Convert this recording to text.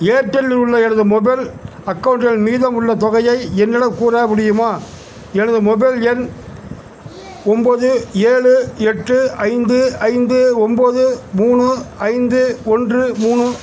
ஏர்டெலில் உள்ள எனது மொபைல் அக்கௌண்ட்டில் மீதம் உள்ள தொகையை என்னிடம் கூற முடியுமா எனது மொபைல் எண் ஒம்பது ஏழு எட்டு ஐந்து ஐந்து ஒம்பது மூணு ஐந்து ஒன்று மூணு